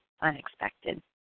unexpected